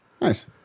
Nice